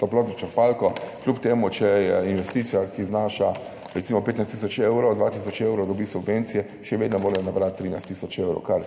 toplotno črpalko, kljub temu, če je investicija, ki znaša recimo 15 tisoč evrov, dobijo dva tisoč evrov subvencije, še vedno morajo nabrati 13 tisoč evrov, kar